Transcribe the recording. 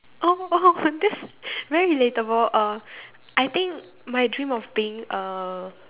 oh oh that's very relatable uh I think my dream of being a